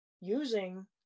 using